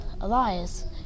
Elias